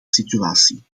situatie